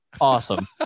awesome